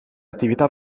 attività